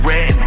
Red